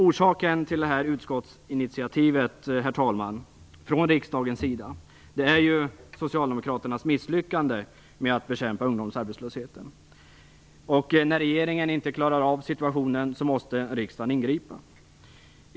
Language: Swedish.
Orsaken till att riksdagen tagit det här initiativet är socialdemokraternas misslyckande med att bekämpa ungdomsarbetslösheten. När regeringen inte klarar av situationen måste riksdagen ingripa.